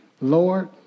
Lord